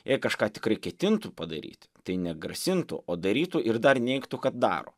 jei kažką tikrai ketintų padaryti tai negrasintų o darytų ir dar neigtų kad daro